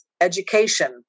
education